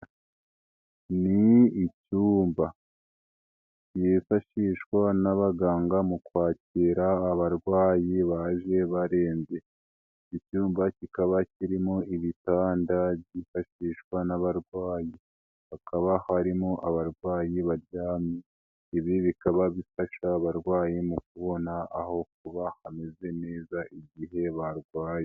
Ni icyumba kifashishwa n'abaganga mu kwakira abarwayi baje barembye icyumba kikaba kirimo ibitanda byifashishwa n'abarwayi, hakaba harimo abarwayi barya ibi bikaba bifasha abarwayi mu kubona aho kuba hameze neza igihe barwaye.